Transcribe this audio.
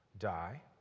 Die